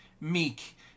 Meek